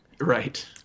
Right